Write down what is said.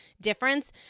difference